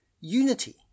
unity